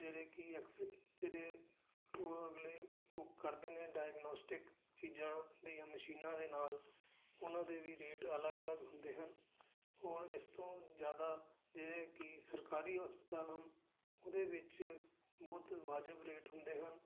ਜਿਹੜੇ ਕਿ ਐਕਸ ਜਿਹੜੇ ਉਹ ਅਗਲੇ ਉਹ ਕਰਦੇ ਨੇ ਡਾਇਗਨੋਸਟਿਕ ਚੀਜ਼ਾਂ ਦੀਆਂ ਮਸ਼ੀਨਾਂ ਦੇ ਨਾਲ ਉਹਨਾਂ ਦੇ ਵੀ ਰੇਟ ਅਲੱਗ ਅਲੱਗ ਹੁੰਦੇ ਹਨ ਔਰ ਇਸ ਤੋਂ ਜਿਆਦਾ ਜਿਹੜੇ ਕਿ ਸਰਕਾਰੀ ਹਸਪਤਾਲ ਹਨ ਉਹਦੇ ਵਿੱਚ ਬਹੁਤ ਵਾਜਿਬ ਰੇਟ ਹੁੰਦੇ ਹਨ